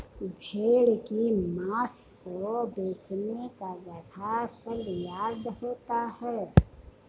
भेड़ की मांस को बेचने का जगह सलयार्ड होता है